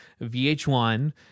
VH1